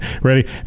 Ready